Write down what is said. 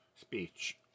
speech